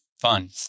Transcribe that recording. fun